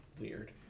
weird